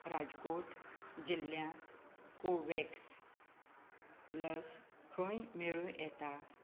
राजकोट जिल्ल्यांत कोवोव्हॅक्स लस खंय मेळूं येता